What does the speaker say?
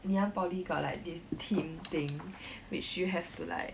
ngee ann poly got like this team thing which you have to like